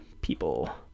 people